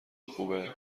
خوبه